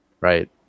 right